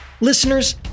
Listeners